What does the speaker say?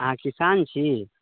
अहाँ किसान छी